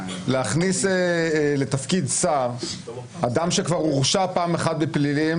להכניס לתפקיד שר אדם שכבר הורשע פעם אחת בפלילים,